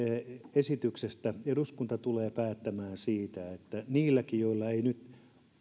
esityksestä eduskunta tulee päättämään siitä että niillekin työttömille joilla ei nyt